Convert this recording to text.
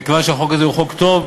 מכיוון שהחוק הזה הוא חוק טוב.